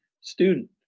student